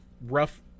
rough